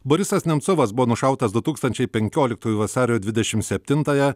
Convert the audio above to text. borisas nemcovas buvo nušautas du tūkstančiai penkioliktųjų vasario dvidešim septintąją